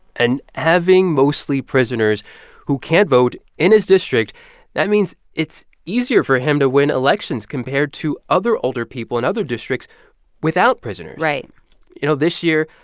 and having mostly prisoners who can't vote in his district that means it's easier for him to win elections compared to other alderpeople in other districts without prisoners right you know, this year,